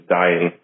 dying